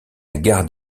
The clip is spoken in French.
garde